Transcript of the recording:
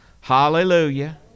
Hallelujah